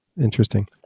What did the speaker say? interesting